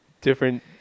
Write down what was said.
different